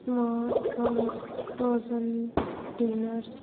smart ones frozen dinners